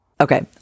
Okay